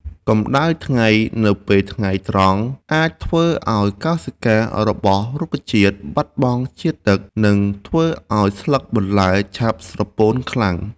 កម្ដៅថ្ងៃនៅពេលថ្ងៃត្រង់អាចធ្វើឱ្យកោសិការបស់រុក្ខជាតិបាត់បង់ជាតិទឹក និងធ្វើឱ្យស្លឹកបន្លែឆាប់ស្រពោនខ្លាំង។